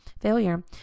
failure